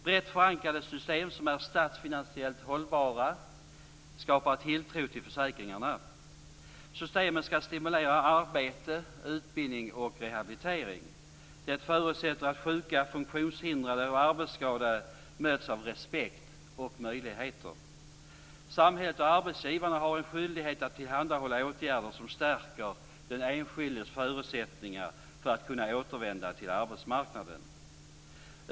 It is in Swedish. Brett förankrade system som är statsfinansiellt hållbara skapar tilltro till försäkringarna. Systemen skall stimulera arbete, utbildning och rehabilitering. Det förutsätter att sjuka, funktionshindrade och arbetsskadade möts av respekt och ges möjligheter. Samhället och arbetsgivarna har en skyldighet att tillhandahålla åtgärder som stärker den enskildes förutsättningar att kunna återvända till arbetsmarknaden.